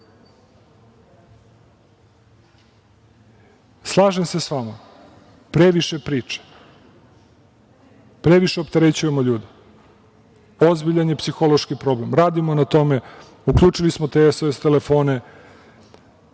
se sa vama – previše priča, previše opterećujemo ljude, ozbiljan je psihološki problem. Radimo na tome, uključili smo te SOS telefone,